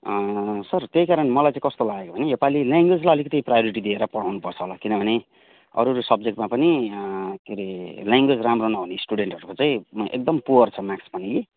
sir त्यहीकारण मलाई चाहिँ कस्तो लागेको भने योपालि ल्याङ्ग्वेजलाई अलिकति प्रायोरिटी दिएर पढाउनुपर्छ होला किनभने अरू अरू सब्जेक्टमा पनि के अरे ल्याङ्ग्वेज राम्रो नहुने स्टुडेन्टहरूको चाहिँ एकदम पुअर छ मार्क्स पनि